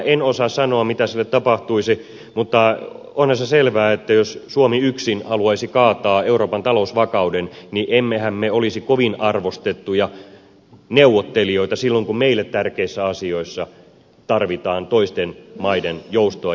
en osaa sanoa mitä sille tapahtuisi mutta onhan se selvä että jos suomi yksin haluaisi kaataa euroopan talousvakauden niin emmehän me olisi kovin arvostettuja neuvottelijoita silloin kun meille tärkeissä asioissa tarvitaan toisten maiden joustoa ja ymmärtämystä